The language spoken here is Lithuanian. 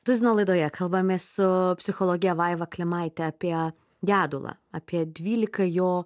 tuzino laidoje kalbamės su psichologe vaiva klimaite apie gedulą apie dvylika jo